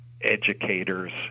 educators